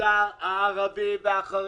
המגזר הערבי והחרדי.